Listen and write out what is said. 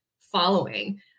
following